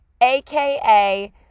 aka